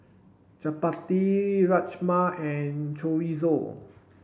Chapati You Rajma and Chorizo